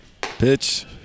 Pitch